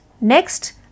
Next